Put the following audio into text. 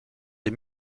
des